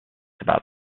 about